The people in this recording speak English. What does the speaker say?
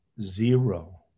zero